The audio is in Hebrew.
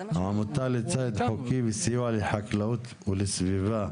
עמותה לציד חוקי וסיוע לחקלאות וסביבה.